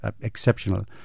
exceptional